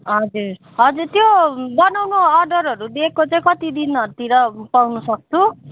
हजुर हजुर त्यो बनाउनु अर्डरहरू दिएको चाहिँ कति दिनहरूतिर पाउनसक्छु